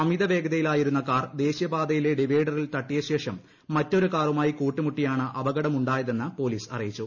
അമിത വേഗതയിലായിരുന്ന ദേശീയപാതയിലെ ഡിവൈഡറിൽ തട്ടിയ ശേഷം മറ്റൊരു കാറുമായി കൂട്ടിമുട്ടിയാണ് അപകടമുണ്ടായതെന്ന് പൊലീസ് അറിയിച്ചു